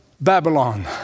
Babylon